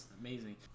amazing